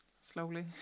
slowly